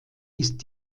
ist